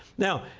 now,